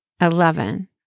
Eleven